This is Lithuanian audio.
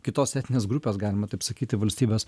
kitos etnės grupės galima taip sakyti valstybės